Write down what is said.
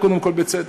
קודם כול בצדק,